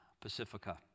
Pacifica